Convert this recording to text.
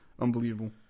unbelievable